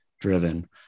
driven